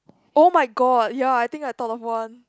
oh my god ya I think I thought of one